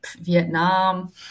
Vietnam